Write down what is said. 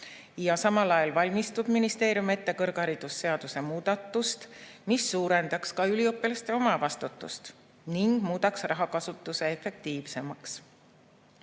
Samal ajal valmistab ministeerium ette kõrgharidusseaduse muudatust, mis suurendaks üliõpilaste omavastutust ning muudaks rahakasutuse efektiivsemaks.